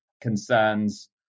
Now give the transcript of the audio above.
concerns